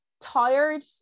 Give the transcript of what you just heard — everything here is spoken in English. Tired